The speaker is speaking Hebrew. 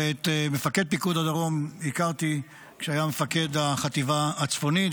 ואת מפקד פיקוד הדרום הכרתי כשהיה מפקד החטיבה הצפונית,